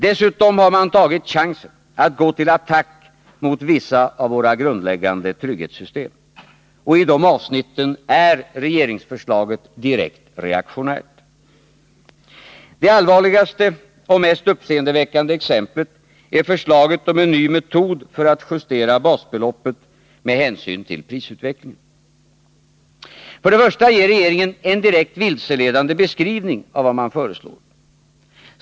Dessutom har man tagit chansen att gå till attack mot vissa av våra grundläggande trygghetssystem. I de avsnitten är regeringsförslaget direkt reaktionärt. Det allvarligaste och mest uppseendeväckande exemplet är förslaget om en ny metod för att justera basbeloppet med hänsyn till prisutvecklingen. För det första ger regeringen en direkt vilseledande beskrivning av vad man föreslår.